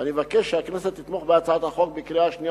ואני מבקש שהכנסת תתמוך בה בקריאה השנייה